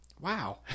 Wow